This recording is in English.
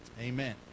Amen